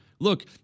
Look